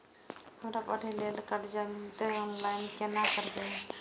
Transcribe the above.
हमरा पढ़े के लेल कर्जा जे मिलते ऑनलाइन केना करबे?